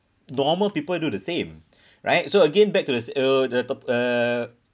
normal people do the same right so again back to the s~ uh the top~ uh